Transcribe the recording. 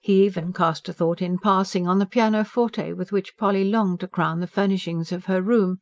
he even cast a thought, in passing, on the pianoforte with which polly longed to crown the furnishings of her room